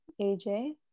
AJ